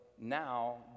Now